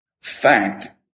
fact